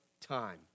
time